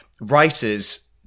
writers